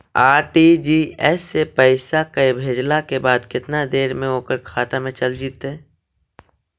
RTGS से पैसा भेजला के बाद केतना देर मे ओकर खाता मे चल जितै?